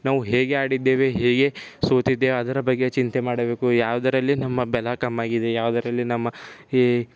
ನಾವು ಹೇಗೆ ಆಡಿದ್ದೇವೆ ಹೇಗೆ ಸೋತಿದ್ದೇವೆ ಅದರ ಬಗ್ಗೆ ಚಿಂತೆ ಮಾಡಬೇಕು ಯಾವುದರಲ್ಲಿ ನಮ್ಮ ಬಲ ಕಮ್ ಆಗಿದೆ ಯಾವುದರಲ್ಲಿ ನಮ್ಮ ಈ